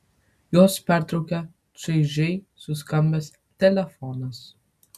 juos pertraukė čaižiai suskambęs telefonas